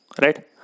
Right